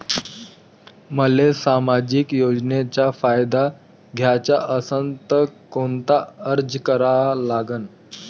मले सामाजिक योजनेचा फायदा घ्याचा असन त कोनता अर्ज करा लागन?